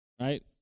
right